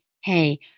hey